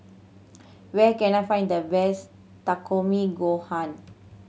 where can I find the best Takikomi Gohan